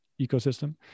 ecosystem